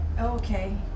okay